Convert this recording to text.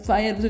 Fire